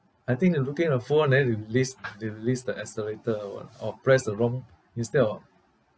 I think they're looking at the phone and then they release they release the accelerator or what or press the wrong instead of